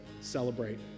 celebrate